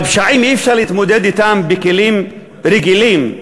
והפשעים אי-אפשר להתמודד אתם בכלים רגילים,